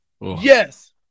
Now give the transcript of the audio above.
Yes